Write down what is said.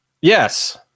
Yes